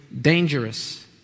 dangerous